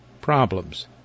problems